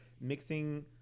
mixing